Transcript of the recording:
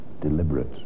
deliberate